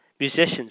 musicians